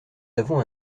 avons